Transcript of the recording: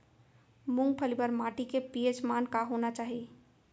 मूंगफली बर माटी के पी.एच मान का होना चाही?